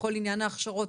בכל עניין ההכשרות.